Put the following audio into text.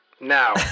Now